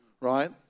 right